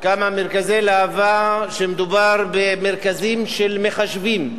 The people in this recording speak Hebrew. כמה מרכזי להב"ה מדובר במרכזים של מחשבים,